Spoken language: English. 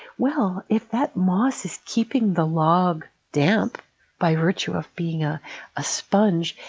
well, if that moss is keeping the log damp by virtue of being ah a sponge,